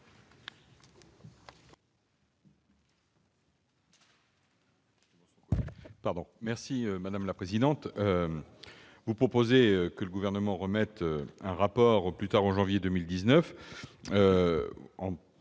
? Madame la rapporteur, vous proposez que le Gouvernement remette un rapport au plus tard en janvier 2019.